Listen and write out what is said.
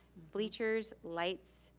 bleachers, lights,